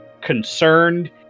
concerned